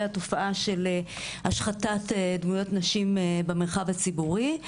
התופעה של השחתת דמויות נשים במרחב הציבורי.